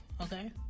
okay